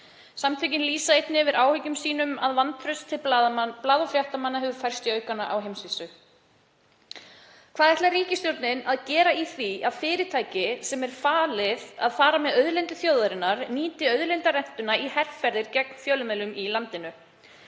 Samtökin lýsa einnig yfir áhyggjum sínum af því að vantraust til blaða- og fréttamanna hafi færst í aukana á heimsvísu. Hvað ætlar ríkisstjórnin að gera í því að fyrirtæki sem er falið að fara með auðlindir þjóðarinnar nýti auðlindarentuna í herferðir gegn fjölmiðlum í landinu?